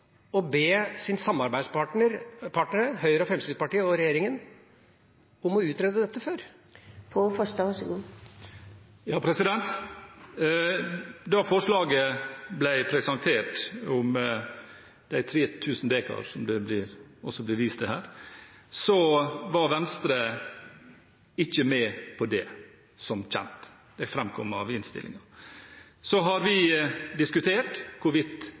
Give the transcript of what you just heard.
å be sine samarbeidspartnere, Høyre og Fremskrittspartiet og regjeringa, om å utrede dette før? Da forslaget ble presentert, om de 3 000 dekar, som det blir vist til her, var Venstre ikke med på det, som kjent. Det framkommer av innstillingen. Så har vi diskutert hvorvidt